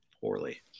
poorly